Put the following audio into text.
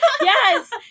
yes